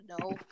no